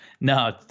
No